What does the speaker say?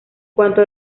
cuanto